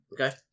Okay